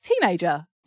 teenager